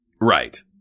Right